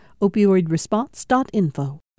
Opioidresponse.info